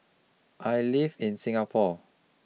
I live in Singapore